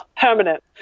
permanent